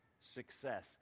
success